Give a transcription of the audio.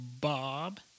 Bob